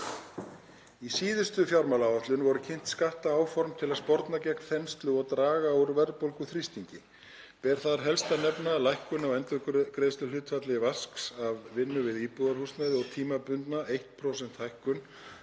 Í síðustu fjármálaáætlun voru kynnt skattaáform til að sporna gegn þenslu og draga úr verðbólguþrýstingi. Ber þar helst að nefna lækkun á endurgreiðsluhlutfalli virðisaukaskatts af vinnu við íbúðarhúsnæði og tímabundna 1% hækkun